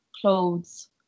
clothes